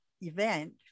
event